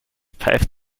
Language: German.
pfeift